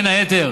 בין היתר